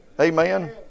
Amen